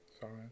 Sorry